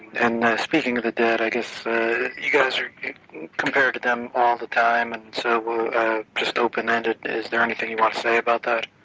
and speaking of the dead, i guess you guys are compared to them all the time and so just open ended, is there anything you want to say about that?